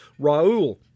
Raul